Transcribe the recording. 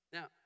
Now